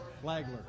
Flagler